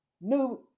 New